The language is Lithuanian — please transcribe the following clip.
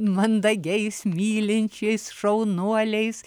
mandagiais mylinčiais šaunuoliais